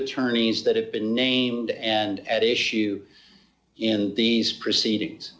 attorneys that have been named and at issue in these proceedings